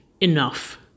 Enough